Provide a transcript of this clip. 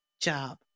job